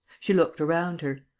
she looked around her.